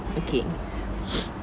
okay